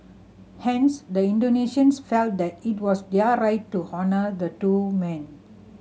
hence the Indonesians felt that it was their right to honour the two men